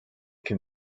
can